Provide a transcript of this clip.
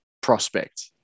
prospect